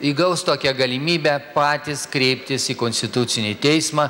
įgaus tokią galimybę patys kreiptis į konstitucinį teismą